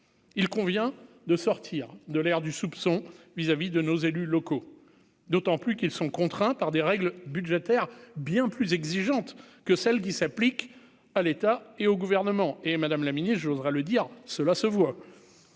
il convient de sortir de l'ère du soupçon vis-à-vis de nos élus locaux d'autant plus qu'ils sont contraints par des règles budgétaires bien plus exigeantes que celles qui s'appliquent à l'État et au gouvernement, et Madame la Ministre, je voudrais le dire, cela se voit,